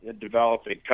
developing